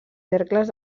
cercles